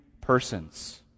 persons